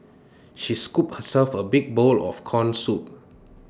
she scooped herself A big bowl of Corn Soup